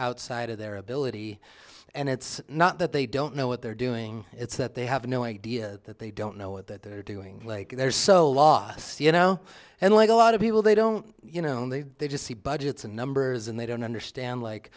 outside of their ability and it's not that they don't know what they're doing it's that they have no idea that they don't know what they're doing like there's so lost you know and like a lot of people they don't you know they just see budgets and numbers and they don't understand like